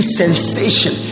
sensation